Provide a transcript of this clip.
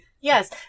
Yes